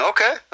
Okay